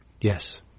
Yes